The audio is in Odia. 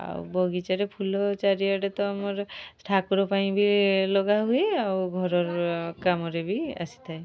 ଆଉ ବଗିଚାରେ ଫୁଲ ଚାରିଆଡ଼େ ତ ଆମର ଠାକୁର ପାଇଁ ବି ଲଗାହୁଏ ଆଉ ଘରର କାମରେ ବି ଆସିଥାଏ